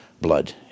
blood